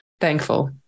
thankful